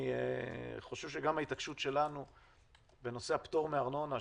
אני חושב שגם ההתעקשות שלנו בנושא הפטור מארנונה,